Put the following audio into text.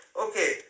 Okay